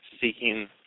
Seeking